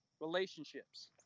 relationships